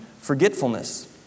forgetfulness